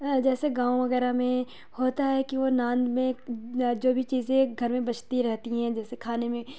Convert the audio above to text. جیسے گاؤں وغیرہ میں ہوتا ہے کہ وہ ناند میں جو بھی چیزیں گھر میں بچتی رہتی ہیں جیسے کھانے میں